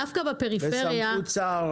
דווקא בפריפריה -- בסמכות שר,